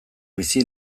bizi